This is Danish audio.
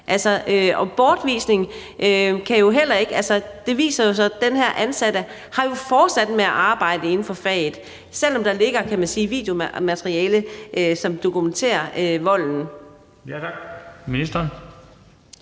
bortvisning kan jo heller ikke. Det viser sig så, at den ansatte jo fortsatte med at arbejde inden for faget, selv om der lå videomateriale, som dokumenterer volden.